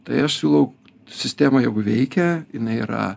tai aš siūlau sistema jeigu veikia jinai yra